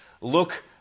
look